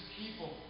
people